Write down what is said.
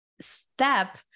step